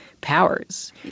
Powers